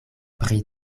pri